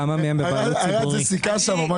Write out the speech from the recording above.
ערד היא סיכה שם.